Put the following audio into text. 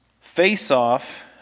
face-off